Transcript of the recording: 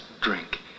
drink